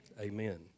Amen